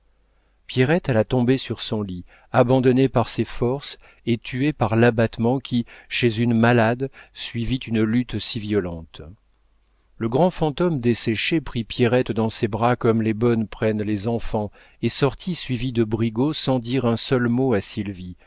alla tomber sur son lit abandonnée par ses forces et tuée par l'abattement qui chez une malade suivit une lutte si violente le grand fantôme desséché prit pierrette dans ses bras comme les bonnes prennent les enfants et sortit suivie de brigaut sans dire un seul mot à sylvie